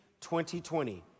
2020